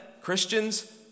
christians